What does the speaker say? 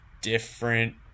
different